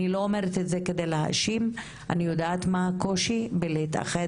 אני לא אומרת את זה כדי להאשים ואני יודעת מה הקושי שיש בלהתאחד